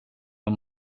och